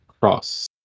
cross